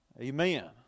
Amen